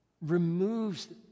removes